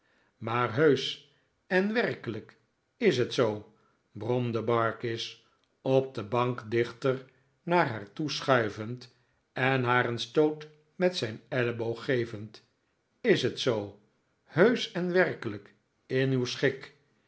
maar heusch en werkelijk is het zoo bromde barkis op de bank dichter naar haar toe schuivend en haar een stoot met zijn elleboog gevend is het zoo heusch en werkelijk in uw schik